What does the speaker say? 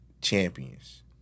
Champions